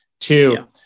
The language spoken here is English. Two